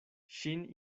ŝin